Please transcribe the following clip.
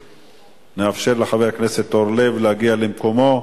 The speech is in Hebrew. נאפשר לחבר הכנסת אורלב להגיע למקומו,